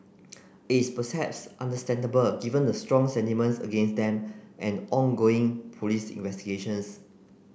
it is perhaps understandable given the strong sentiments against them and ongoing police investigations